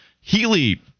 Healy